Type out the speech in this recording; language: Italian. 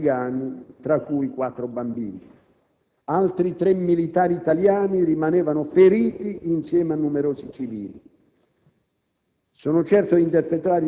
e nove civili afghani, tra cui quattro bambini; altri tre militari italiani rimanevano feriti insieme a numerosi civili.